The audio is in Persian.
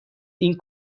این